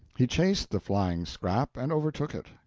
he chased the flying scrap and overtook it.